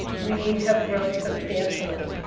we have grown substantially.